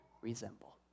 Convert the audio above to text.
resemble